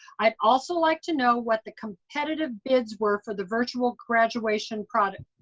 i'd also like to know what the competitive bids were for the virtual graduation product.